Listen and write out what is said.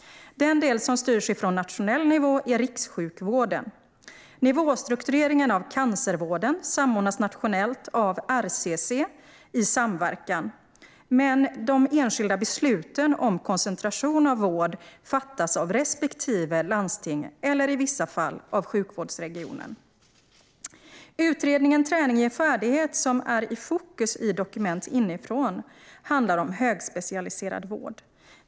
Den del som styrs från nationell nivå är rikssjukvården. Nivåstruktureringen av cancervården samordnas nationellt av RCC i samverkan, men de enskilda besluten om koncentration av vård fattas av respektive landsting eller i vissa fall av sjukvårdsregionen. Utredningen Träning ger färdighet , som är i fokus i Dokument inifrån , handlar om högspecialiserad vård.